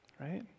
Right